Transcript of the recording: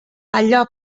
allò